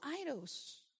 idols